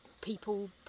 people